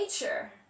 nature